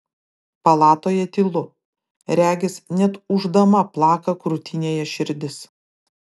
palatoje tylu regis net ūždama plaka krūtinėje širdis